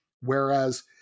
Whereas